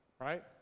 right